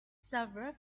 several